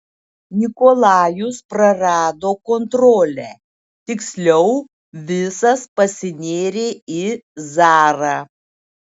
nikolajus prarado kontrolę tiksliau visas pasinėrė į zarą